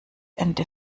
ende